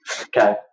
okay